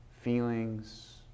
feelings